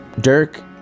Dirk